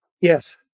Yes